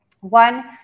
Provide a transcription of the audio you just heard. One